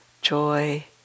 joy